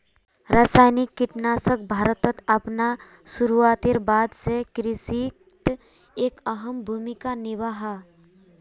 रासायनिक कीटनाशक भारतोत अपना शुरुआतेर बाद से कृषित एक अहम भूमिका निभा हा